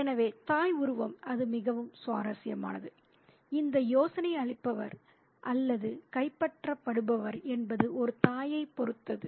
எனவே தாய் உருவம் அது மிகவும் சுவாரஸ்யமானது இந்த யோசனை அளிப்பவர் அல்லது கைப்பற்ற படுபவர் என்பது ஒரு தாயை பொருத்தது